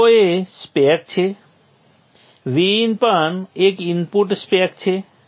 Vo એ spec છે Vin પણ એક ઇનપુટ સ્પેક છે